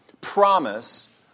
promise